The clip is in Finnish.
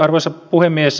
arvoisa puhemies